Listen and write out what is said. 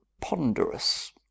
ponderous